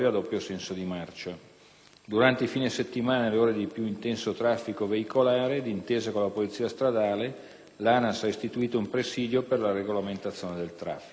Durante i fine settimana e nelle ore di più intenso transito veicolare, d'intesa con la polizia stradale, l'ANAS ha istituito un presidio per la regolamentazione del traffico.